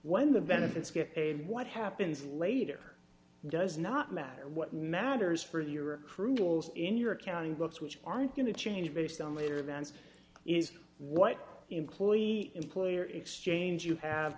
when the benefits get paid what happens later does not matter what matters for your approvals in your accounting books which aren't going to change based on later events is what employee employer exchange you have